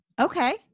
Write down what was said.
Okay